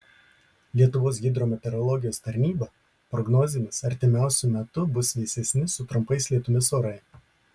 lietuvos hidrometeorologijos tarnyba prognozėmis artimiausiu metu bus vėsesni su trumpais lietumis orai